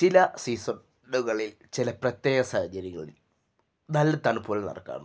ചില സീസണുകളിൽ ചില പ്രത്യേക സാഹചര്യങ്ങളിൽ നല്ല തണുപ്പുകൾ നടക്കാറുണ്ട്